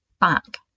back